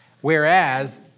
Whereas